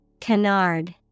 Canard